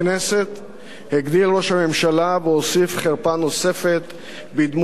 הגביר ראש הממשלה והוסיף חרפה נוספת בדמות שוחד פוליטי,